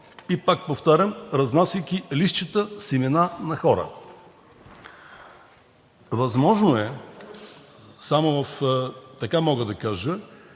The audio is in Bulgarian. и, пак повтарям, разнасяйки листчета с имена на хора. Възможно е, само така мога да кажа,